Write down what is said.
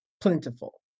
plentiful